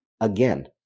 Again